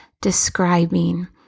describing